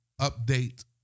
update